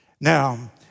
Now